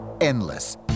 endless